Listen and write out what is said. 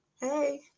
hey